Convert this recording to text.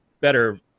better